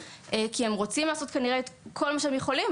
כי הם רוצים לעשות כנראה את כל מה שהם יכולים,